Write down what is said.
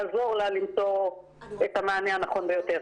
לעזור לה למצוא את המענה הנכון ביותר.